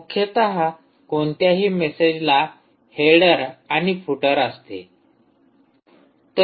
मुख्यतः कोणत्याही मेसेजला हेडर आणि फूटर असते